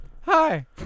Hi